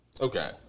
Okay